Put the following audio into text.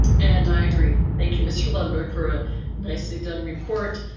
and i agree. thank you mr lundberg for a nicely done report.